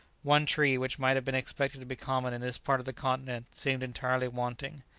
one tree which might have been expected to be common in this part of the continent seemed entirely wanting.